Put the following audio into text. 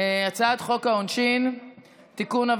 הצעת חוק העונשין (תיקון,